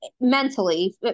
mentally